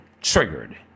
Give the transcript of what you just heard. triggered